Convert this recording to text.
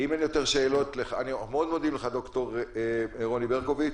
ד"ר רוני ברקוביץ',